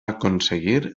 aconseguir